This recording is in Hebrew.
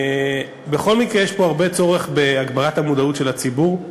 בכל מקרה יש פה צורך רב בהגברת המודעות של הציבור,